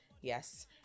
yes